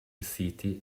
city